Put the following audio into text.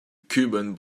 kuban